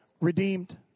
redeemed